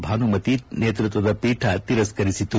ಭಾನುಮತಿ ನೇತೃತ್ವದ ಪೀಠ ತಿರಸ್ಕರಿಸಿತು